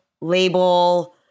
label